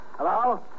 Hello